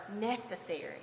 necessary